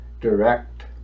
direct